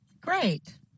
Great